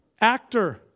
actor